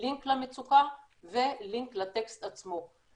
לינק למצוקה ולינק לטקסט עצמו.